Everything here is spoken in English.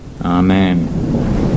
Amen